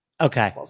Okay